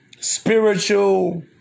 Spiritual